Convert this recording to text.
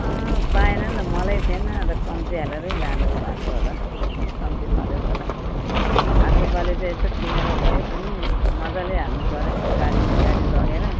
अँ पाएन नि त मलै थिएन अब कम्ती हालेरै धान उयो भएको होला कम्ती फलेको होला अर्को पालि चाहिँ यसो किनेर भए पनि मजाले हाल्नुपऱ्यो गाडीको गाडी लगेर